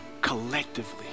collectively